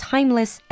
Timeless